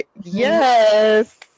Yes